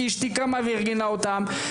כי אשתי קמה וארגנה אותם.